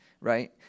right